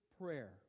prayer